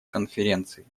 конференции